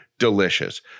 delicious